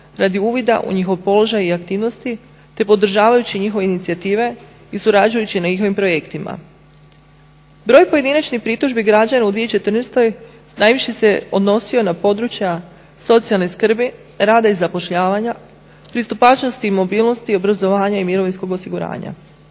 radi uvida u njihov položaj i aktivnosti, te podržavajući njihove inicijative i surađujući na njihovim projektima. Broj pojedinačnih pritužbi građana u 2014. najviše se odnosio na područja socijalne skrbi, rada i zapošljavanja, pristupačnosti i mobilnosti, obrazovanja i mirovinskog osiguranja.